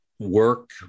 work